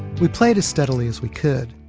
we played as steadily as we could,